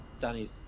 Danny's